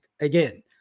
Again